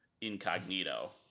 incognito